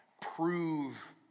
prove